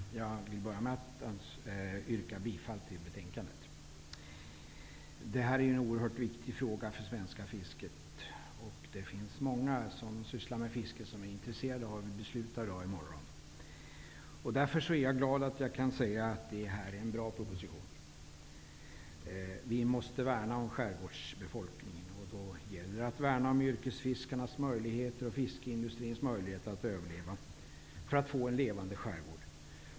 Herr talman! Jag vill börja med att yrka bifall till utskottets hemställan. Detta är en oerhört viktig fråga för det svenska fisket. Det finns många som sysslar med fiske och som är intresserade av vad vi kommer att besluta. Därför är jag glad att jag kan säga att detta är en bra proposition. Vi måste värna om skärgårdsbefolkningen. Då gäller det att värna om yrkesfiskarnas och fiskindustrins möjligheter att överleva för att få en levande skärgård.